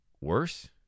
worse